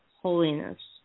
holiness